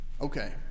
Okay